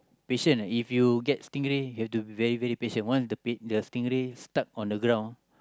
patient eh if you get stingray you have to be very very patient once the the stingray stuck on the ground